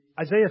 Isaiah